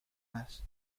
más